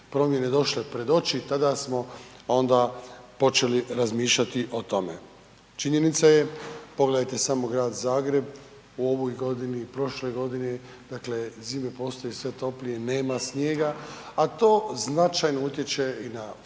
promjene došle pred oči, tada smo onda počeli razmišljati o tome. Činjenica je, pogledajte samo grad Zagreb, u ovoj godini i u prošloj godini, dakle zime postaju sve toplije, nema snijega a to značajno utječe i na floru